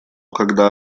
когда